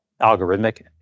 algorithmic